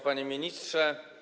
Panie Ministrze!